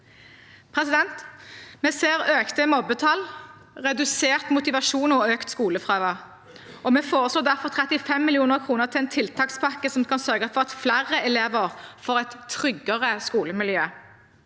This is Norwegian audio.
på bøker. Vi ser økte mobbetall, redusert motivasjon og økt skolefravær. Vi foreslår derfor 35 mill. kr til en tiltakspakke som skal sørge for at flere elever får et tryggere skolemiljø.